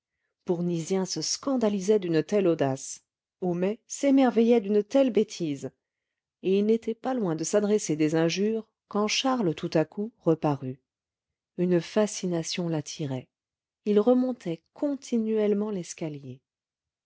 bournisien se scandalisait d'une telle audace homais s'émerveillait d'une telle bêtise et ils n'étaient pas loin de s'adresser des injures quand charles tout à coup reparut une fascination l'attirait il remontait continuellement l'escalier